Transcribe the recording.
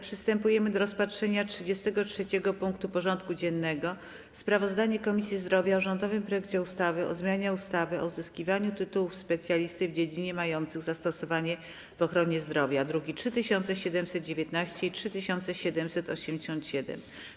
Przystępujemy do rozpatrzenia punktu 33. porządku dziennego: Sprawozdanie Komisji Zdrowia o rządowym projekcie ustawy o zmianie ustawy o uzyskiwaniu tytułu specjalisty w dziedzinach mających zastosowanie w ochronie zdrowia (druki nr 3719 i 3787)